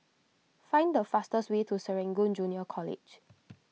find the fastest way to Serangoon Junior College